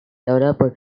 deployed